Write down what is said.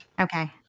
Okay